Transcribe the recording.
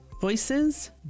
Voices